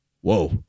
whoa